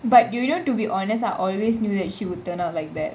but you know to be honest I always knew that she would turn out like that